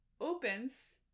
opens